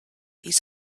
his